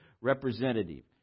representative